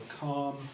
calm